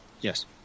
Yes